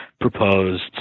proposed